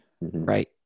right